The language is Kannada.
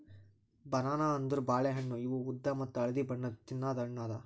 ಬನಾನಾ ಅಂದುರ್ ಬಾಳೆ ಹಣ್ಣ ಇವು ಉದ್ದ ಮತ್ತ ಹಳದಿ ಬಣ್ಣದ್ ತಿನ್ನದು ಹಣ್ಣು ಅದಾ